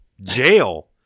jail